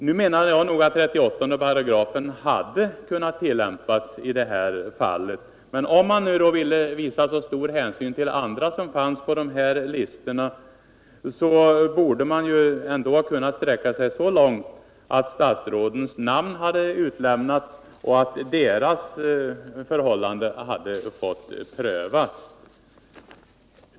Jag menar att 38§ hade kunnat tillämpas i det här fallet, men om man ville visa så stor hänsyn till andra personer som fanns med på listorna att man inte ville utlämna deras namn, borde man ändå ha kunnat sträcka sig så långt att statsrådens namn hade utlämnats och deras förhållanden fått prövas.